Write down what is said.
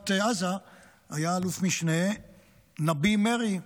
רצועת עזה היה אלוף משנה נביה מרעי,